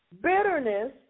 Bitterness